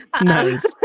Nice